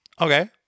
Okay